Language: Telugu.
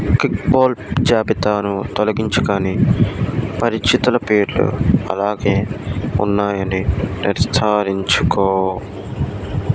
కిక్బాల్ జాబితాను తొలగించు కానీ పరిచితుల పేర్లు అలాగే ఉన్నాయని నిర్ధారించుకో